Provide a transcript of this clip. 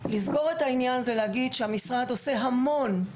לסגור את העניין: המשרד עושה הרבה מאוד.